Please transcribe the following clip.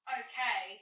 okay